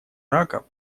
рака